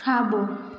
खाबो॒